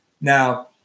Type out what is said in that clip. Now